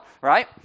right